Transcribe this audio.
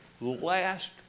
Last